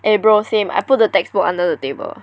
eh bro same I put the textbook under the table